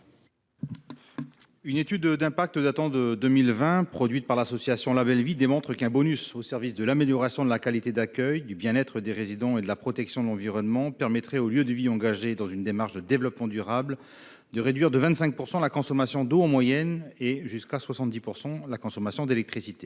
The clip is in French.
Une étude d'impact produite en 2020 par l'association Label Vie montre qu'un bonus au service de l'amélioration de la qualité d'accueil, du bien-être des résidents et de la protection de l'environnement permettrait aux lieux de vie engagés dans une démarche de développement durable de réduire, en moyenne, de 25 % leur consommation d'eau et de jusqu'à 70 % leur consommation d'électricité.